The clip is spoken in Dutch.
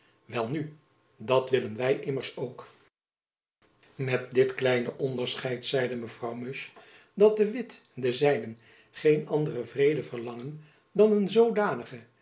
welnu dat willen wy immers ook met dit kleine onderscheid zeide mevrouw musch dat de witt en de zijnen geen anderen vrede verlangen dan een zoodanigen